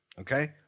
Okay